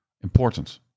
important